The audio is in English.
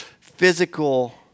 physical